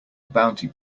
bounty